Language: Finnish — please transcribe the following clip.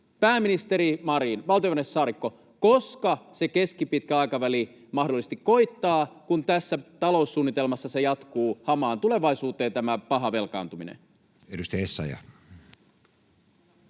pääministeri Marin, valtiovarainministeri Saarikko, koska se keskipitkä aikaväli mahdollisesti koittaa, kun tässä taloussuunnitelmassa tämä paha velkaantuminen jatkuu hamaan